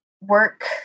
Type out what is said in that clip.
work